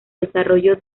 desarrollo